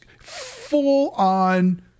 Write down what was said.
full-on